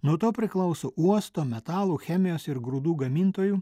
nuo to priklauso uosto metalų chemijos ir grūdų gamintojų